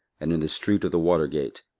and in the street of the water gate,